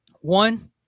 One